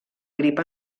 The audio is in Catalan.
grip